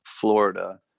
Florida